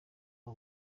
aba